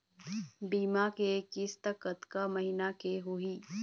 बीमा के किस्त कतका महीना के होही?